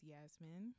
Yasmin